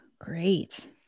Great